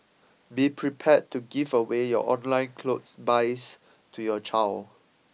be prepared to give away your online clothes buys to your child